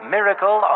Miracle